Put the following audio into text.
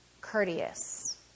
courteous